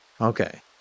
okay